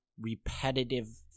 repetitive